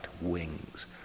wings